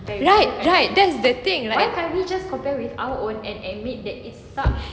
right right that's the thing right